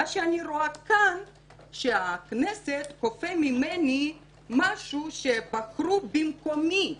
אני רואה כאן שהכנסת כופה עליי משהו שבחרו במקומי.